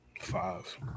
five